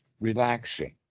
relaxing